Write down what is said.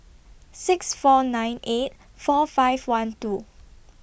six four nine eight four five one two